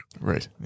Right